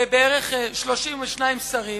ובערך 32 שרים,